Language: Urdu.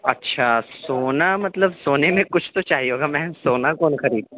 اچھا سونا مطلب سونے میں کچھ تو چاہیے ہوگا میم سونا کون خریدتا